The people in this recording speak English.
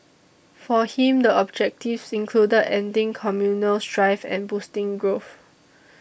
for him the objectives included ending communal strife and boosting growth